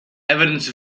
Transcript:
evidence